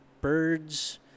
birds